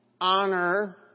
honor